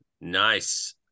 nice